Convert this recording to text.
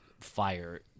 fire